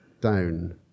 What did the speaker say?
down